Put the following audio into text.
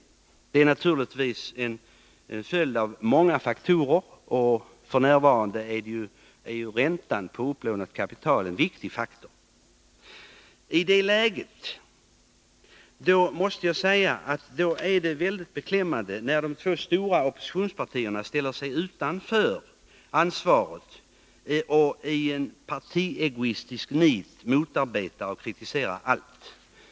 Situationen har naturligtvis uppkommit till följd av många faktorer — f. n. är räntan på upplånat kapital en viktig faktor. Det är beklämmande att de två stora oppositionspartierna i detta läge ställer sig utanför ansvarstagandet och i partiegoistiskt nit motarbetar och kritiserar allt som regeringen föreslår.